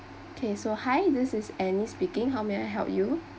okay so hi this is anny speaking how may I help you